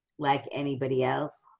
like anybody else,